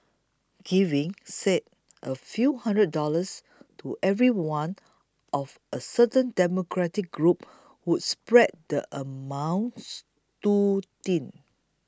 giving say a few hundred dollars to everyone of a certain demographic group would spread the amounts too thin